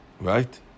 Right